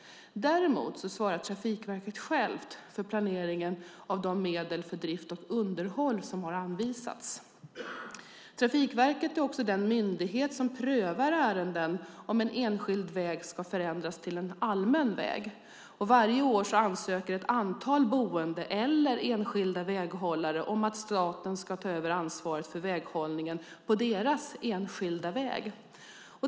Däremot svarar Trafikverket självt för planeringen av de medel för drift och underhåll som har anvisats. Trafikverket är också den myndighet som prövar ärenden om en enskild väg ska förändras till allmän väg. Varje år ansöker ett antal boende eller enskilda väghållare om att staten ska ta över ansvaret för väghållningen på deras enskilda väg.